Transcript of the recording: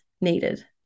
needed